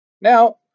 Now